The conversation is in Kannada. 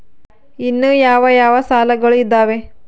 ಇನ್ನು ಯಾವ ಯಾವ ಸಾಲಗಳು ಇದಾವೆ?